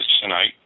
tonight